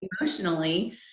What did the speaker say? emotionally